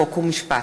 חוק ומשפט.